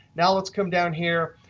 now let's come down here.